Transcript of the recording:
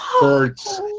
birds